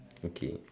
okay